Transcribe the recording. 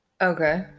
Okay